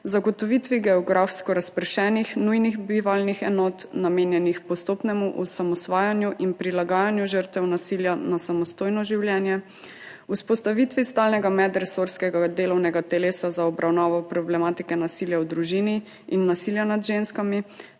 zagotovitvi geografsko razpršenih nujnih bivalnih enot, namenjenih postopnemu osamosvajanju in prilagajanju žrtev nasilja na samostojno življenje, vzpostavitvi stalnega medresorskega delovnega telesa za obravnavo problematike nasilja v družini in nasilja nad ženskami